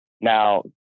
Now